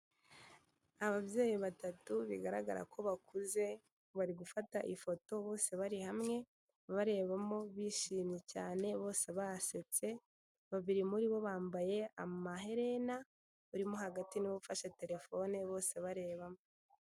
Ababyeyi batatu bigaragara ko bakuze bari gufata ifoto bose bari hamwe, barebamo, bishimye cyane, bose basetse, babiri muri bo bambaye amaherena, urimo hagati ni we ufashe telefone bose barebamo.